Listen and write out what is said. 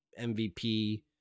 MVP